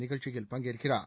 நிகழ்ச்சியில் பங்கேற்கிறார்